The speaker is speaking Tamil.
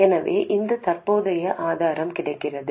எனவே இந்த தற்போதைய ஆதாரம் கிடைக்கிறது